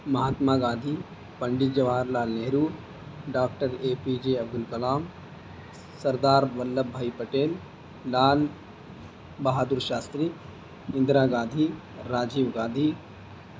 Mahatma Gandhi Pandit Jawaharlal Nehru doctor A P J Abdul Kalam Sardar Vallabhbhai Patel Lal Bahadur Shastri Indira Gandhi Rajiv Gandhi